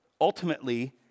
Ultimately